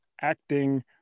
acting